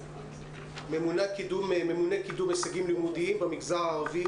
ממונה קידום הישגים לימודיים במגזר הערבי.